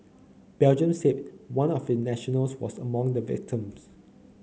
Belgium said one of its nationals was among the victims